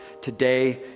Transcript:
Today